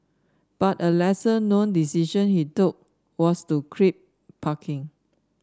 but a lesser known decision he took was to crimp parking